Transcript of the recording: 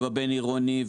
בבין-עירוני,